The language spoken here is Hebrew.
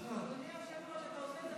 אדוני היושב-ראש,